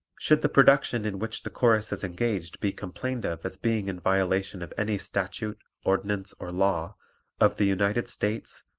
should the production in which the chorus is engaged be complained of as being in violation of any statute, ordinance or law of the united states,